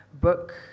book